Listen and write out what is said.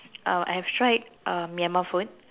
um I have tried um Myanmar food